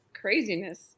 craziness